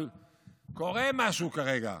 אבל קורה משהו כרגע,